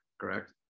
Correct